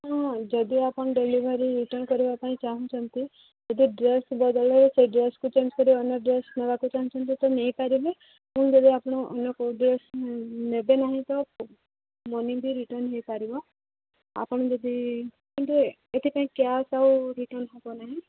ହଁ ଯଦି ଆପଣ ଡେଲିଭରି ରିଟର୍ଣ୍ଣ କରିବା ପାଇଁ ଚାହୁଁଛନ୍ତି ଯଦି ଡ୍ରେସ୍ ବଦଳରେ ସେହି ଡ୍ରେସ୍କୁ ଚେଞ୍ଜ୍ କରି ଅନ୍ୟ ଡ୍ରେସ୍ ନେବାକୁ ଚାହୁଁଛନ୍ତି ତ ନେଇ ପାରିବେ ଏବଂ ଯଦି ଆପଣ ଅନ୍ୟ କେଉଁ ଡ୍ରେସ୍ ନେବେ ନାହିଁ ତ ମନି ବି ରିଟର୍ଣ୍ଣ ହେଇ ପାରିବ ଆପଣ ଯଦି କିନ୍ତୁ ଏଥିପାଇଁ କ୍ୟାସ୍ ଆଉ ରିଟର୍ଣ୍ଣ ହେବ ନାହିଁ